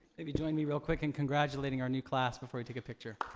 maybe join me real quick in congratulating our new class before we take a picture.